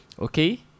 okay